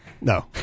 No